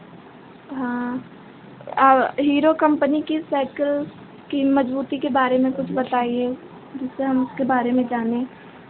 हाँ और हीरो कम्पनी की साइकिल की मजबूती के बारे में कुछ बताइये जिससे हम उसके बारे में जानें